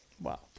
wow